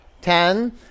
Ten